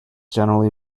generally